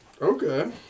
Okay